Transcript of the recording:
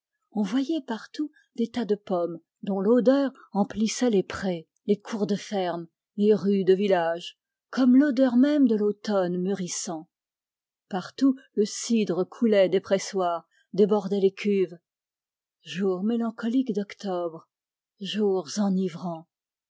on voyait partout des tas de pommes dont l'odeur emplissait les cours de ferme les rues de village comme l'odeur même de l'automne mûrissant partout le cidre coulait des pressoirs débordait des cuves jours mélancoliques d'octobre jours